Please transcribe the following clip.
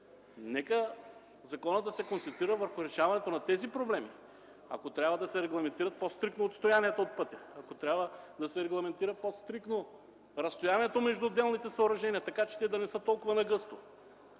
нека законът да се концентрира върху решаването на тези проблеми. Ако трябва – да се регламентират по стриктно разстоянията от пътя, ако трябва – да се регламентират по-стриктно разстоянията между отделните съоръжения, за да не са толкова нагъсто,